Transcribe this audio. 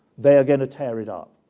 they are going to tear it up,